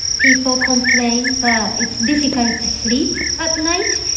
people complain that it's difficult to to sleep at night.